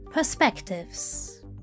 Perspectives